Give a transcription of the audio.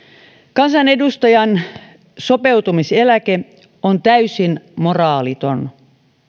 kansanedustajan sopeutumiseläke on täysin moraaliton